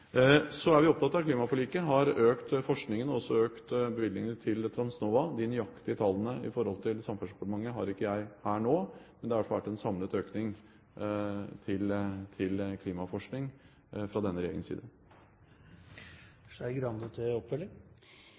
Så er vi opptatt av at klimaforliket har ført til økt forskning og økte bevilgninger til Transnova. De nøyaktige tallene når det gjelder Samferdselsdepartementet, har ikke jeg her nå, men det har i hvert fall vært en samlet økning til klimaforskning fra denne regjeringens